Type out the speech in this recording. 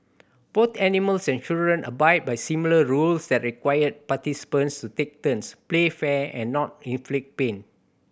both animals and children abide by similar rules that require participants to take turns play fair and not inflict pain